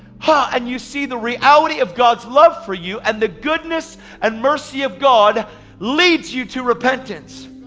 ha, and you see the reality of god's love for you, and the goodness and mercy of god leads you to repentance.